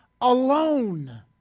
alone